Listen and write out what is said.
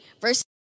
verse